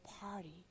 party